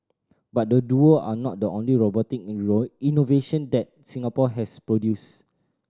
but the duo are not the only robotic innovation that Singapore has produced